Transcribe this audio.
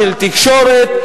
של תקשורת,